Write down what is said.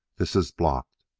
this is blocked.